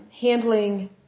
handling